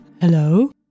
hello